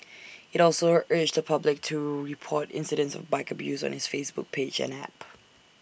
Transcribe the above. IT also urged the public to report incidents of bike abuse on its Facebook page and app